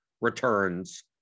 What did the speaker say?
returns